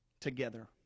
together